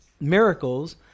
miracles